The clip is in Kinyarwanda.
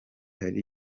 hari